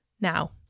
Now